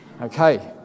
Okay